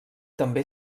també